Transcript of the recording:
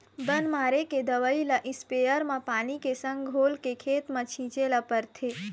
बन मारे के दवई ल इस्पेयर म पानी के संग म घोलके खेत भर छिंचे ल परथे